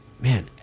Man